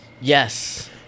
Yes